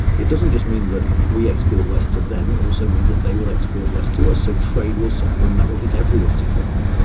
it doesn't just mean that we export less to them, it also means that they will export less to us, so trade will suffer and that will hit everyone's economy.